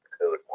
code